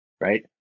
right